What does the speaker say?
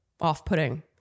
off-putting